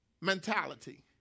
mentality